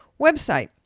website